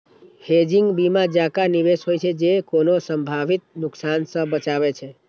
hedging बीमा जकां निवेश होइ छै, जे कोनो संभावित नुकसान सं बचाबै छै